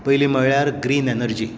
पयली म्हणल्यार green energy